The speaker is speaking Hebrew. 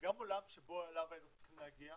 גם עולם שאליו היינו צריכים להגיע,